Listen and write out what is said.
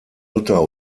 luther